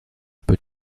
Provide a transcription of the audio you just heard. peut